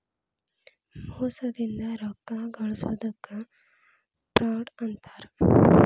ಮೋಸದಿಂದ ರೊಕ್ಕಾ ಗಳ್ಸೊದಕ್ಕ ಫ್ರಾಡ್ ಅಂತಾರ